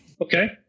Okay